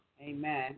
Amen